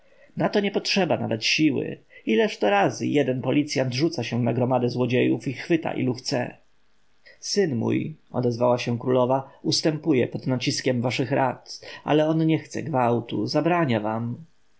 na to nie potrzeba nawet siły ileż to razy jeden policjant rzuca się na gromadę złodziejów i chwyta ilu chce syn mój odezwała się królowa ustępuje pod naciskiem waszych rad ale on nie chce gwałtu zabrania wam